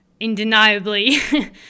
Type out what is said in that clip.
indeniably